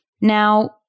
Now